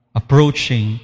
approaching